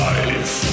Life